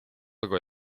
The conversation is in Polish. złego